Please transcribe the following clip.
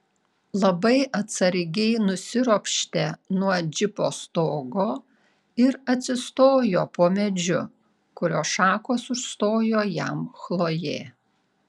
labai atsargiai nusiropštė nuo džipo stogo ir atsistojo po medžiu kurio šakos užstojo jam chlojė